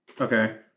Okay